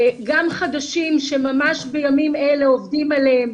גם חדשים שממש בימים אלה עובדים עליהם,